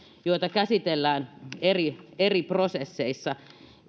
joita käsitellään eri eri prosesseissa